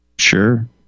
sure